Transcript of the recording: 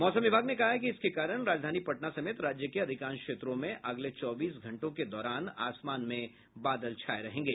मौसम विभाग ने कहा है कि इसके कारण राजधानी पटना समेत राज्य के अधिकांश क्षेत्रों में अगले चौबीस घंटों के दौरान आसमान में बादल छाये रहेंगे